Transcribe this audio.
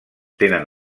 tenen